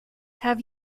have